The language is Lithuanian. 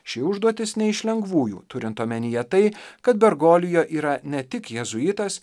ši užduotis ne iš lengvųjų turint omenyje tai kad bergolijo yra ne tik jėzuitas